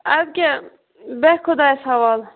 ادٕ کیاہ بیٚہہ خۄدایس حَوال